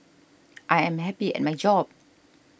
I am happy at my job